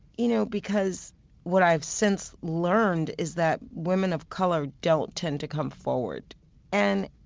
you know because what i've since learned is that women of color don't tend to come forward and